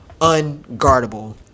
unguardable